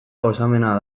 gozamena